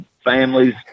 families